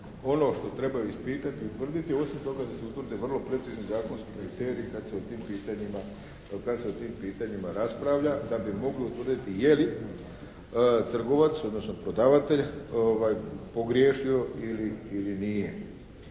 ono što trebaju ispitati i utvrditi je osim toga se utvrde vrlo precizni zakonski kriteriji kad se o tim pitanjima raspravlja da bi mogli utvrditi je li trgovac, odnosno prodavatelj pogriješio ili nije.